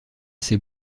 ses